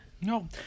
No